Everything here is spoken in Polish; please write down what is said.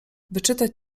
wyczytać